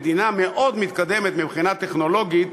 מדינה מאוד מתקדמת מבחינה טכנולוגית,